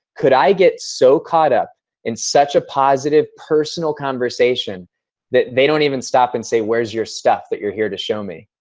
could i get so caught up in such a positive, personal conversation that they don't even stop and say, where's your stuff that you're here to show me?